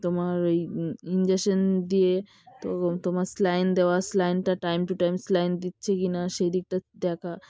তোমার ওই ইনজেকশান দিয়ে তো তোমার স্যালাইন দেওয়া স্যালাইনটা টাইম টু টাইম স্যালাইন দিচ্ছে কি না সেই দিকটা দেখা